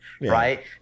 right